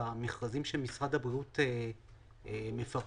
במכרזים שמשרד הבריאות מפרסם,